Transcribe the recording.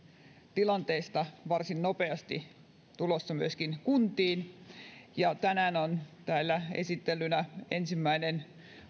ovat tulossa varsin nopeasti myöskin kuntiin tänään on täällä esittelyssä ensimmäinen